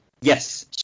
Yes